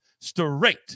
straight